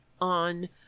on